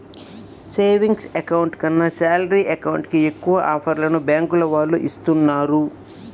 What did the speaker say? savings account కన్నా salary account కి ఎక్కువ ఆఫర్లను బ్యాంకుల వాళ్ళు ఇస్తున్నారు